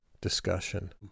discussion